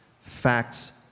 Facts